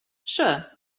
sure